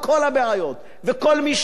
וכל מי שיאמר הוא צודק,